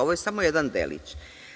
Ovo je samo jedan delić.